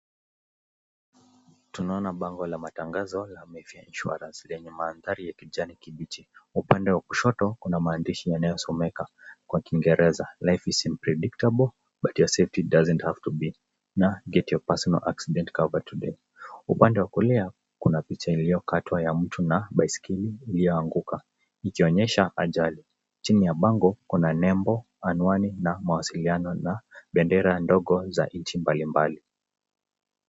Tunaona bango la matangazo ya Mafair insurance, lenye mandhari ya kijani kibichi. Upande wa kushoto kuna maandishi yanayosomeka kwa wa kingereza, life is unpredictable, but your safety doesn't have to be , na, get your personal accident cover today . Upande wa kulia, kuna picha iliyokatwa ya mtu na baiskeli ilioanguka, ikionyesha ajali. Chini ya bango, kuna nembo, anwani, na mawasilianona na bendera ndogo za nchi mbali mbali.